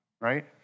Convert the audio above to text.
right